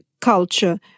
culture